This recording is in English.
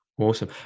awesome